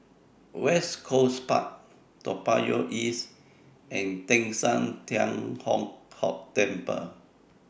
West Coast Park Toa Payoh East and Teng San Tian Hock Temple